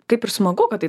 kaip ir smagu kad tai